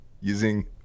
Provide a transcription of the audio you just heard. using